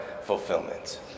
fulfillment